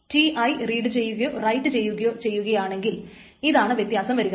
Ti read ചെയ്യുകയോ write ചെയ്യുകയോ ചെയ്യുകയാണെങ്കിൽ ഇതാണ് വ്യത്യാസം വരുക